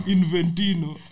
Inventino